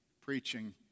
preaching